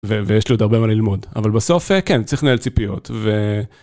ויש לו עוד הרבה מה ללמוד. אבל בסוף, כן, צריך לנהל ציפיות.